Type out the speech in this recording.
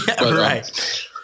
right